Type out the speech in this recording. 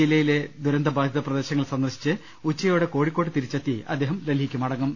ജില്ലയിലെ ദുരന്തബാധിത പ്രദേശങ്ങൾ സന്ദർശിച്ച് ഉച്ചയോടെ കോഴിക്കോട് തിരിച്ചെത്തി അദ്ദേഹം ഡൽഹിക്ക് മടങ്ങും